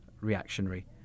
reactionary